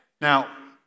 Now